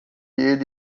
ele